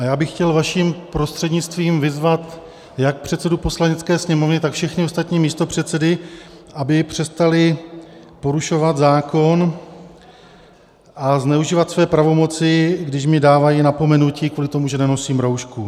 Já bych chtěl vaším prostřednictvím vyzvat jak předsedu Poslanecké sněmovny, tak všechny ostatní místopředsedy, aby přestali porušovat zákon a zneužívat své pravomoci, když mi dávají napomenutí kvůli tomu, že nenosím roušku.